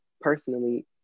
personally